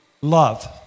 Love